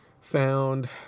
found